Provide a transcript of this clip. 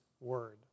word